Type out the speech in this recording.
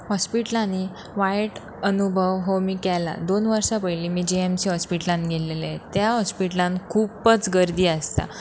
हॉस्पिटलांनी वायट अनुभव हो मी केला दोन वर्सां पयलीं मी जीएमसी हॉस्पिटलान गेल्लेले त्या हॉस्पिटलान खुपच गर्दी आसता